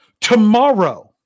tomorrow